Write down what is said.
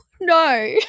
No